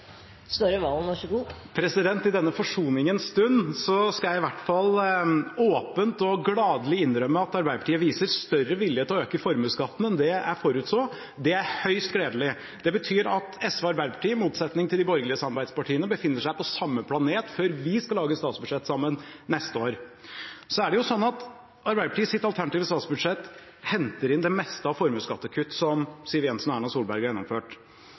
større vilje til å øke formuesskatten enn det jeg forutså. Det er høyst gledelig. Det betyr at SV og Arbeiderpartiet, i motsetning til de borgerlige samarbeidspartiene, befinner seg på samme planet før vi skal lage statsbudsjett sammen neste år. Så er det sånn at Arbeiderpartiets alternative statsbudsjett henter inn det meste av formuesskattekutt som Siv Jensen og Erna Solberg har gjennomført.